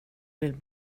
vill